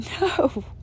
No